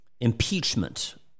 impeachment